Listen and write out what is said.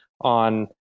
on